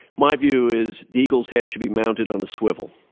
my view is the eagle's head should be mounted on a swivel.